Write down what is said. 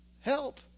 help